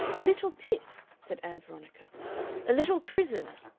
a little pit! said ann veronica a little prison!